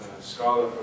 scholar